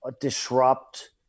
disrupt